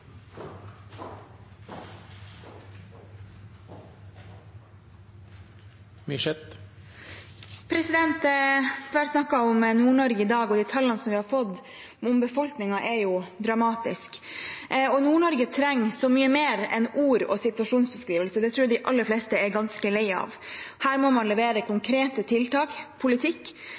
har vært snakket om Nord-Norge i dag, og de tallene vi har fått om befolkningen, er dramatiske. Nord-Norge trenger så mye mer enn ord og situasjonsbeskrivelser. Det tror jeg de aller fleste er ganske lei av. Her må man levere konkrete tiltak og politikk,